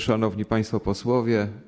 Szanowni Państwo Posłowie!